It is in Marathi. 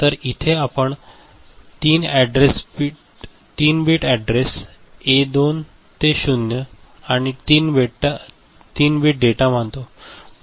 तर इथे आपण 3 बिट अॅड्रेस ए 2 ते 0 आणि 3 बिट डेटा मानतो